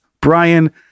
Brian